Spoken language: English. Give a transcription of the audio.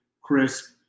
crisp